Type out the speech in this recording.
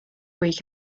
week